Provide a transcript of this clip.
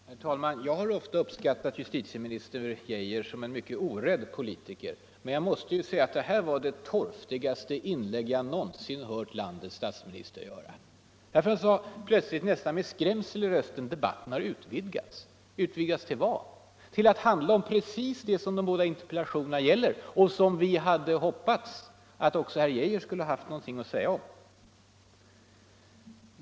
Herr talman! Jag har ofta uppskattat justitieminister Geijer som en mycket orädd politiker. Men nu måste jag säga att det här var det torftigaste inlägg jag någonsin hört landets justitieminister göra. Han sade plötsligt, nästan med skrämsel i rösten, att debatten hade ”utvidgats”. Utvidgats till vad? Till att handla om precis det som de båda interpellationerna gäller och som vi hade hoppats att också herr Geijer skulle ha haft något att säga om: kollektivanslutningen till politiskt parti.